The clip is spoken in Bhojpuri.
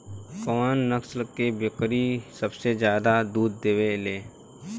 कउन नस्ल के बकरी सबसे ज्यादा दूध देवे लें?